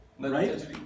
Right